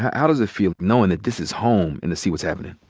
how does it feel knowing that this is home and to see what's happening?